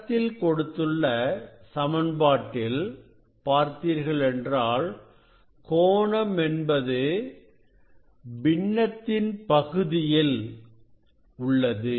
படத்தில் கொடுத்துள்ள சமன்பாட்டில் பார்த்தீர்களென்றால் கோணம் என்பது பின்னத்தின் பகுதியில் உள்ளது